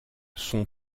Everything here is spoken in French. son